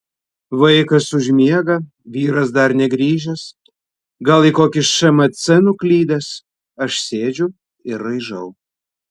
vaikas užmiega vyras dar negrįžęs gal į kokį šmc nuklydęs aš sėdžiu ir raižau